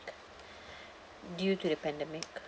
due to the pandemic